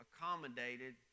accommodated